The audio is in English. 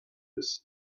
this